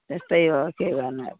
यस्तै हो के गर्नु अब